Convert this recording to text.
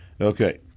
Okay